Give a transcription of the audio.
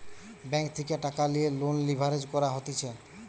bank থেকে টাকা লিয়ে লোন লিভারেজ করা হতিছে